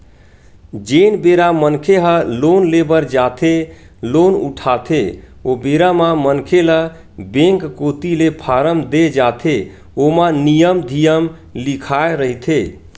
जेन बेरा मनखे ह लोन ले बर जाथे लोन उठाथे ओ बेरा म मनखे ल बेंक कोती ले फारम देय जाथे ओमा नियम धियम लिखाए रहिथे